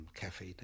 cafe